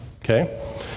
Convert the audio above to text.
Okay